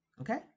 Okay